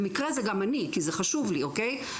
במקרה זה גם אני, כי זה חשוב לי, אוקיי?